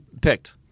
picked